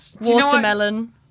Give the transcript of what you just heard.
Watermelon